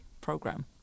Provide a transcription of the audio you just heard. program